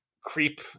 creep